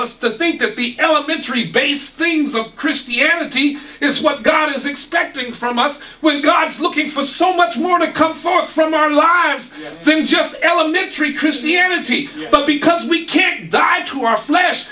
us to think that the elementary base things of christianity is what god is expecting from us when god is looking for so much more to come forth from our lives than just elementary christianity but because we can't die to our flesh